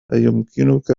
أيمكنك